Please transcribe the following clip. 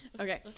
Okay